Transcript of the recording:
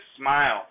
smile